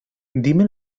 dime